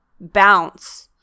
bounce